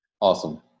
Awesome